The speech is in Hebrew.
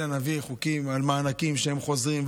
אלא נביא חוקים על מענקים כשהם חוזרים,